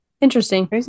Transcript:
Interesting